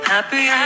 Happy